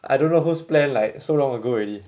I don't know whose plan like so long ago already